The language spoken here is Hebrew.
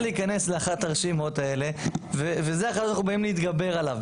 להיכנס לאחת הרשימות האלה וזה אחד הדברים שאנחנו באים להתגבר עליו.